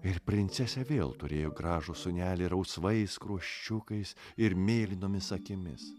ir princesė vėl turėjo gražų sūnelį rausvais skruosčiukais ir mėlynomis akimis